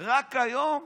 רק היום,